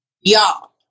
Y'all